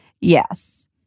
Yes